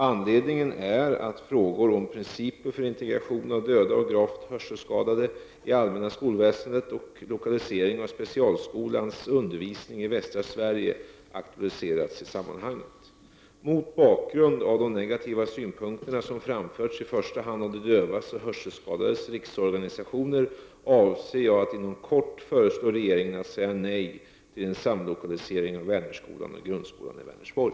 Anledningen är att frågor om principer för integration av döva och gravt hörselskadade i allmänna skolväsendet och lokalisering av specialskolans undervisning i västra Sverige aktualiserats i sammanhanget. Mot bakgrund av de negativa synpunkter som har framförts i första hand av de dövas och hörselskadades riksorganisationer avser jag att inom kort föreslå regeringen att säga nej till en samlokalisering av Vänerskolan och grundskolan i Vänersborg.